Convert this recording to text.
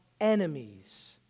enemies